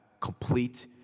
complete